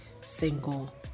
single